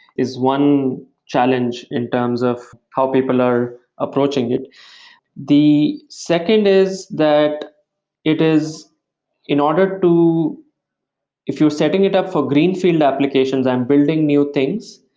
is one challenge in terms of how people are approaching it the second is that it is in order to if you're setting it up for greenfield applications, i'm building new things,